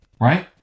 right